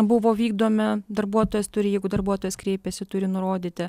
buvo vykdomi darbuotojas turi jeigu darbuotojas kreipiasi turi nurodyti